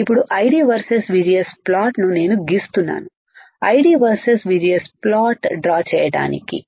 ఇప్పుడు ID versus VGS ప్లాట్ను నేనుగీస్తున్నానుID వర్సెస్ VGS ప్లాట్ డ్రా చేయడానికి